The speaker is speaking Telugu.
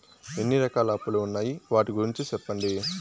ఎన్ని రకాల అప్పులు ఉన్నాయి? వాటి గురించి సెప్పండి?